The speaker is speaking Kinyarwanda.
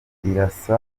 irasa